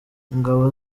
ingabo